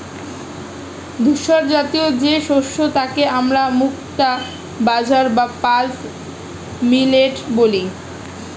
ধূসরজাতীয় যে শস্য তাকে আমরা মুক্তা বাজরা বা পার্ল মিলেট বলি